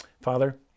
Father